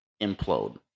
implode